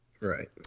right